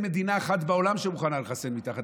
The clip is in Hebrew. אין מדינה אחת בעולם שמוכנה לחסן מתחת